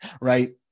Right